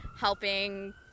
helping